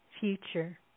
future